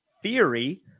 Theory